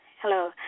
Hello